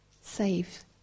save